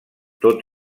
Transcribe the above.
tot